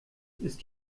ist